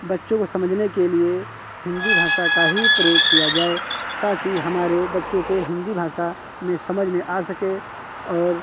बच्चों को समझने के लिए हिन्दी भाषा का ही प्रयोग किया जाए ताकि हमारे बच्चों को हिन्दी भाषा में समझ में आ सके और